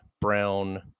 brown